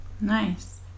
Nice